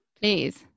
please